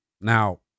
Now